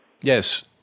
Yes